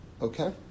Okay